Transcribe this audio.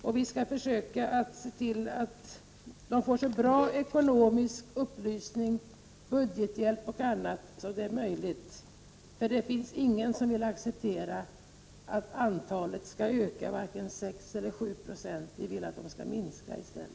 Vi skall också försöka att se till att människor får en så bra ekonomisk upplysning, budgethjälp m.m. som möjligt. Det finns ingen som vill acceptera att antalet socialbidragstagare skall öka med 6 eller 7 90. Vi vill att antalet skall minska.